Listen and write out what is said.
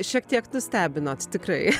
šiek tiek nustebinot tikrai